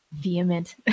vehement